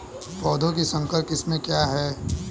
पौधों की संकर किस्में क्या हैं?